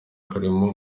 harimo